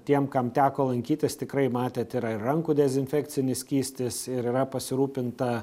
tiem kam teko lankytis tikrai matėt yra ir rankų dezinfekcinis skystis ir yra pasirūpinta